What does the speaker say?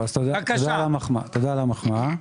תודה על המחמאה.